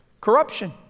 Corruption